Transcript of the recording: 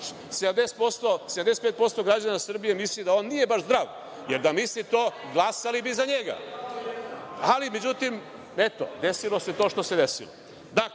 75% građana Srbije misli da on nije baš zdrav, jer, da misli to, glasali bi za njega. Ali, međutim, eto, desilo se to što se desilo. Dakle,